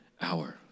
hour